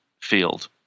field